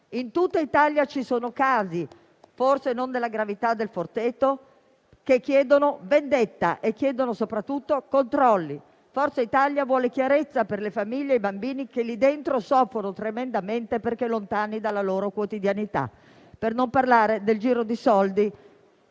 In tutta Italia ci sono casi, forse non della gravità del Forteto, che chiedono vendetta e, soprattutto, controlli. Forza Italia vuole chiarezza per le famiglie e i bambini che soffrono tremendamente perché lontani dalla loro quotidianità. Questo per non parlare del giro di soldi